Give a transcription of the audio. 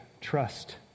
trust